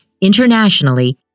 internationally